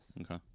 Okay